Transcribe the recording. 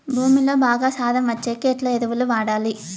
భూమిలో బాగా సారం వచ్చేకి ఎట్లా ఎరువులు వాడాలి?